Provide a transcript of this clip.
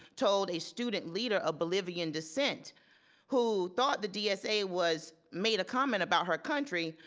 told a student leader of bolivian descent who thought the dsa was made a comment about her country,